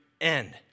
end